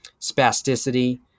spasticity